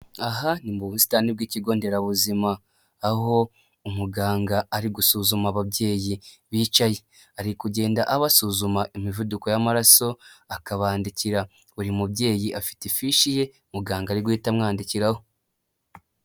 Aha ni mu busitani bw'ikigo nderabuzima aho umuganga ari gusuzuma ababyeyi bicaye, ari kugenda abasuzuma imivuduko y'amaraso akabandikira, buri mubyeyi afite ifishi ye muganga ari guhita amwandikiraho.